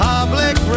Public